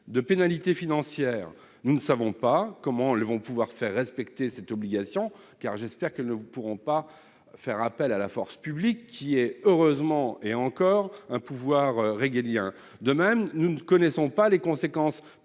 de pénalités financières. Nous ne savons pas comment elles pourront faire respecter cette obligation : j'espère qu'elles ne pourront pas faire appel à la force publique, qui reste heureusement encore un pouvoir régalien. De même, nous ne connaissons pas les conséquences